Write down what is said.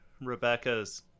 Rebecca's